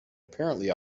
apparently